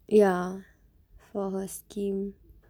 ya for her scheme